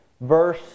verse